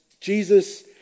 Jesus